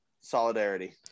Solidarity